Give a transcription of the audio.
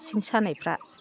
सिं सानायफ्रा